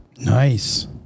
Nice